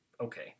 okay